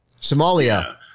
Somalia